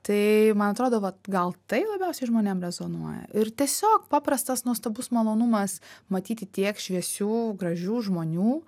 tai man atrodo vat gal tai labiausiai žmonėm rezonuoja ir tiesiog paprastas nuostabus malonumas matyti tiek šviesių gražių žmonių